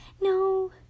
No